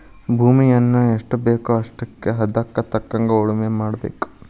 ಭೂಮಿಯನ್ನಾ ಎಷ್ಟಬೇಕೋ ಅಷ್ಟೇ ಹದಕ್ಕ ತಕ್ಕಂಗ ಉಳುಮೆ ಮಾಡಬೇಕ